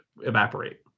evaporate